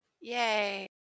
Yay